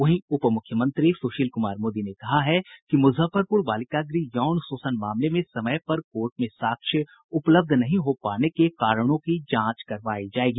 वहीं उप मुख्यमंत्री सुशील कुमार मोदी ने कहा है कि मुजफ्फरपुर बालिका गृह यौन शोषण मामले में समय पर कोर्ट में साक्ष्य उपलब्ध नहीं हो पाने के कारणों की जांच करवायी जायेगी